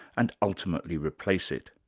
and ultimately replace it.